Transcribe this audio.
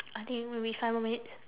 I think maybe five more minutes